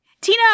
Tina